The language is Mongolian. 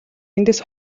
эндээс